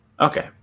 Okay